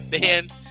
man